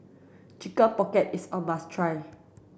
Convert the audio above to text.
chicken pocket is a must try